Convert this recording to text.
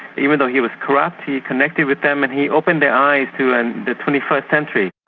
even though he was corrupt, he connected with them and he opened their eyes to and the twenty first century.